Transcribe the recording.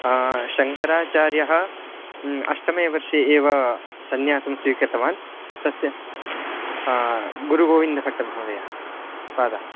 शङ्कराचार्यः अष्टमे वर्षे एव संन्यासं स्वीकृतवान् तस्य गुरुगोविन्दभट्टमहोदयः पादः